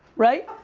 right?